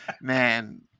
man